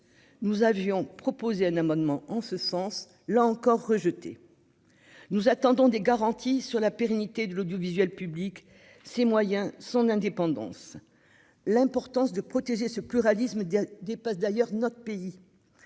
nous avions proposé un amendement en ce sens là encore rejeté, nous attendons des garanties sur la pérennité de l'audiovisuel public c'est moyens son indépendance, l'importance de protéger ce pluralisme dépasse d'ailleurs notre pays